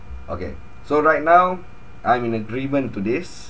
okay so right now I'm in agreement to this